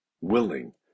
willing